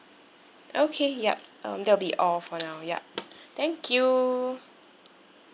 okay yup um that will be all for now yup thank you